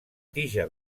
tija